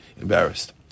embarrassed